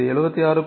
இது 76